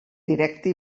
directe